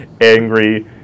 angry